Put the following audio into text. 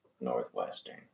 Northwestern